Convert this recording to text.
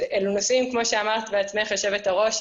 אלו נושאים כמו שאמרת בעצמך, יושבת-הראש,